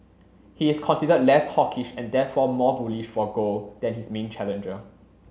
he is considered less hawkish and therefore more bullish for gold than his main challenger